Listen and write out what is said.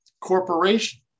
corporation